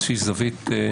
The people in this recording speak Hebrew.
אני אתן איזושהי זווית שלי.